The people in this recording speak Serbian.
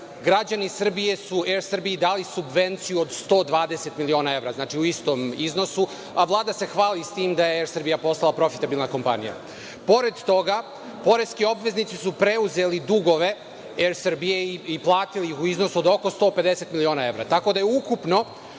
su Er Srbiji dali subvenciju od 120 miliona evra, a Vlada se hvali sa tim da je Er Srbija postala profitabilna kompanija. Pored toga, poreski obveznici su preuzeli dugove Er Srbije i platili u iznosu od oko 150 miliona evra, tako da je ukupno